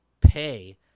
pay